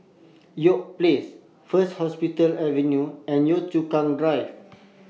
York Place First Hospital Avenue and Yio Chu Kang Drive